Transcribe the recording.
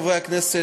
חברי הכנסת,